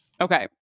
Okay